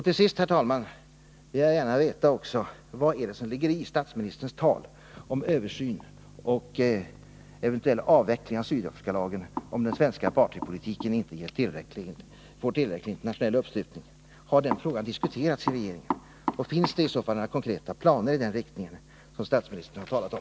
Till sist, herr talman, vill jag också gärna veta vad som ligger i statsministerns tal om översyn och eventuell avveckling av Sydafrikalagen om inte den svenska apartheidpolitiken får tillräcklig internationell uppslutning. Har den frågan diskuterats i regeringen? Finns det i så fall några konkreta planer i den riktning som statsministern talat om?